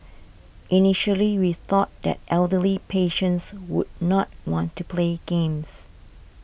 initially we thought that elderly patients would not want to play games